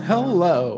Hello